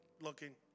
looking